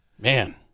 Man